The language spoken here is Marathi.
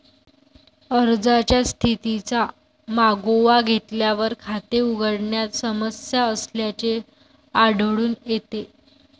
अर्जाच्या स्थितीचा मागोवा घेतल्यावर, खाते उघडण्यात समस्या असल्याचे आढळून येते